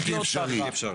בלתי אפשרי.